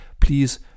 please